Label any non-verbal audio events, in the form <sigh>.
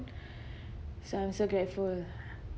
<breath> so I'm so grateful